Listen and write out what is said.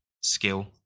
skill